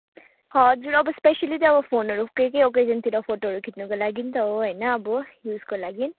हजुर अब स्पेसली त फोनहरू के के ओकेजनतिर फोटोहरू खिच्नको लागि त हो होइन अब युजको लागि